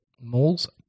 Moles